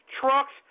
trucks